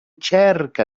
cerca